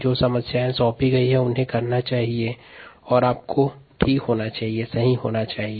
जो समस्याएं दी गई हैं उन्हें ठीक ढंग से करना चाहिए